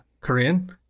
Korean